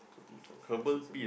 one two three four five six seven